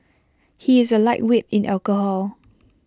he is A lightweight in alcohol